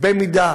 מצד שני.